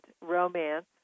Romance